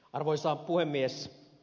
arvoisa puhemies